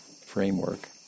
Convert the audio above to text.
framework